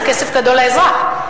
זה כסף גדול לאזרח,